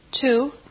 two